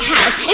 House